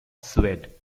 suede